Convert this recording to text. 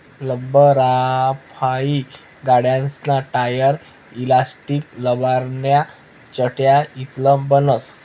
लब्बरफाइ गाड्यासना tyre, elastic, लब्बरन्या चटया इतलं बनस